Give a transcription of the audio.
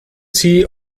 sie